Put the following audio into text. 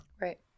right